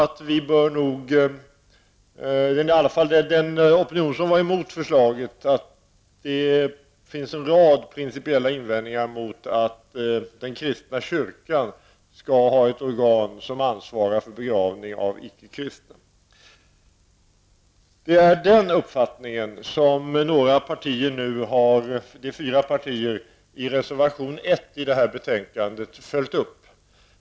Den opinion som var emot förslaget sade att det finns en rad principiella invändningar mot att den kristna kyrkan skall ha ett organ som ansvarar för begravning av icke kristna. Det är den uppfattningen som fyra partier nu har följt upp i reservation 1 till det här betänkandet.